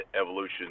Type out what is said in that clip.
Evolution